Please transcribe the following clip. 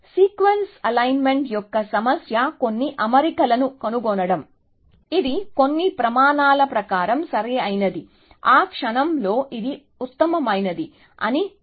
కాబట్టి sequence alignment యొక్క సమస్య కొన్ని అమరికలను కనుగొనడం ఇది కొన్ని ప్రమాణాల ప్రకారం సరైనది ఆ క్షణంలో ఇది ఉత్తమమైనది అని నిర్వచిస్తుంది